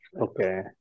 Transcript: Okay